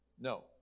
No